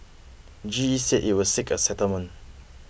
G E said it would seek a settlement